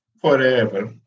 forever